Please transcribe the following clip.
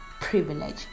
privilege